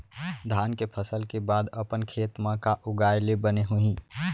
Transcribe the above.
धान के फसल के बाद अपन खेत मा का उगाए ले बने होही?